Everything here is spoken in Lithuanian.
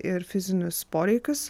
ir fizinius poreikius